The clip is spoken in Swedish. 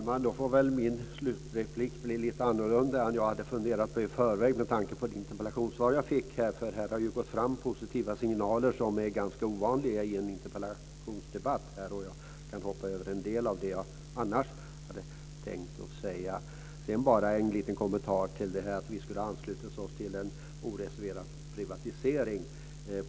Fru talman! Min slutreplik får bli lite annorlunda än jag hade funderat ut i förväg med tanke på det interpellationssvar jag fick. Här har gått fram positiva signaler, vilka är ovanliga i en interpellationsdebatt. Jag kan hoppa över en del av det jag annars hade tänkt att säga. Jag vill ge en liten kommentar till detta om att vi ska ha anslutit oss till en oreserverad privatisering.